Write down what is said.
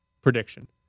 prediction